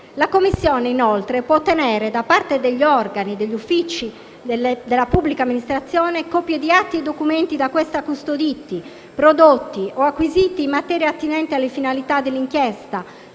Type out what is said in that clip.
La Commissione, inoltre, può ottenere da parte degli organi e degli uffici della pubblica amministrazione copie di atti e documenti da questi custoditi, prodotti o acquisiti in materia attinente alle finalità dell'inchiesta